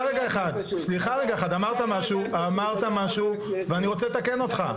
אחד אמרת משהו ואני רוצה לתקן אותך,